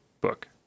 book